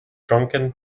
drunken